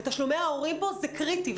ותשלומי ההורים פה זה קריטי.